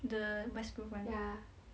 the mass group one ah